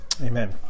amen